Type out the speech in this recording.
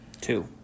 Two